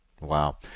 Wow